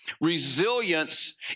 Resilience